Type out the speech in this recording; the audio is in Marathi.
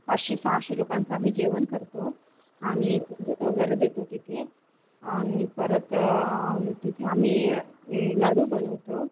पाचशे सहाशे लोकांचं आम्ही जेवण करतो आणि सरबत वगैरे देतो तिथे आणि परत तिथे आम्ही लाडू बनवतो